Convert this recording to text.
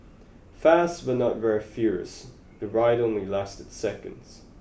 fast but not very furious the ride only lasted seconds